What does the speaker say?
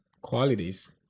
qualities